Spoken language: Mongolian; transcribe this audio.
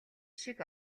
шиг